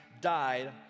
died